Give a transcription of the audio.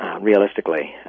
Realistically